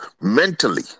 mentally